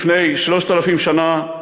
לפני 3,000 שנה,